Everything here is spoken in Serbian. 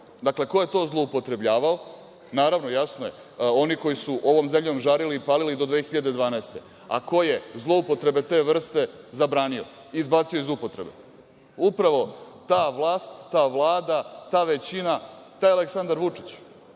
Dakle, ko je to zloupotrebljavao. Naravno, jasno je oni koji su ovom zemljom žarili i palili do 2012. godine, a ko je zloupotrebe te vrste zabranio i izbacio iz upotrebe. Upravo ta vlast, ta vlada, ta većina i taj Aleksandar Vučić.